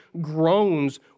groans